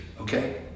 okay